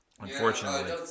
Unfortunately